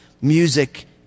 music